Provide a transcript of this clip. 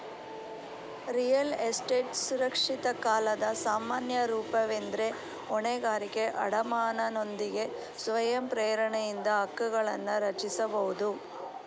real estate ಸುರಕ್ಷಿತ ಕಾಲದ ಸಾಮಾನ್ಯ ರೂಪವೆಂದ್ರೆ ಹೊಣೆಗಾರಿಕೆ ಅಡಮಾನನೊಂದಿಗೆ ಸ್ವಯಂ ಪ್ರೇರಣೆಯಿಂದ ಹಕ್ಕುಗಳನ್ನರಚಿಸಬಹುದು